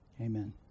Amen